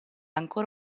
ancora